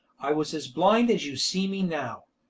i was as blind as you see me now!